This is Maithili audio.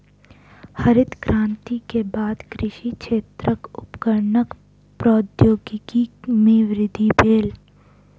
हरित क्रांति के बाद कृषि क्षेत्रक उपकरणक प्रौद्योगिकी में वृद्धि भेल